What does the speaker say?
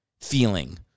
feeling